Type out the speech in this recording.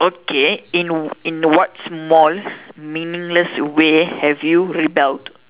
okay in in what small meaningless ways have you rebelled